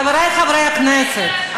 חברי חברי הכנסת,